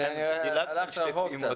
דילגת על שתי פעימות.